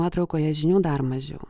nuotraukoje žinių dar mažiau